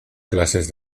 clases